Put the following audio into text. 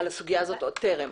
על הסוגיה הזאת, טרם.